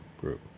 group